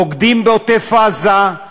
בוגדים בעוטף-עזה,